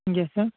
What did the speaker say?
yes sir